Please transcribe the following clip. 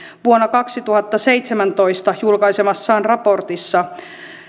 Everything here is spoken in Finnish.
vuonna kaksituhattaseitsemäntoista julkaisemassaan raportissa